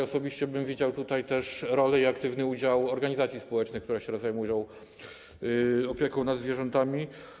Osobiście widziałbym tutaj też rolę i aktywny udział organizacji społecznych, które się zajmują opieką nad zwierzętami.